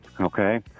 okay